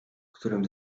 którym